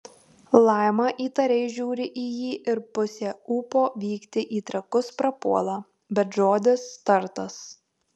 laima įtariai žiūri į jį ir pusė ūpo vykti į trakus prapuola bet žodis tartas